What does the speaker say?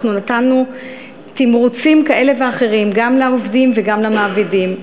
אנחנו נתנו תמריצים כאלה ואחרים גם לעובדים וגם למעבידים.